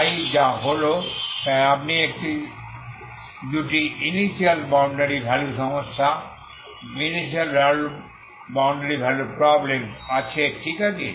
তাই যা হল তাই আপনি একটি দুটি ইনিশিয়াল বাউন্ডারি ভ্যালু সমস্যা আছে ঠিক আছে